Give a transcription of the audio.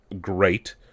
great